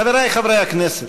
חברי חברי הכנסת,